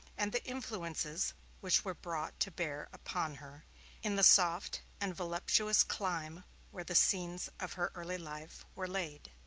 and the influences which were brought to bear upon her in the soft and voluptuous clime where the scenes of her early life were laid.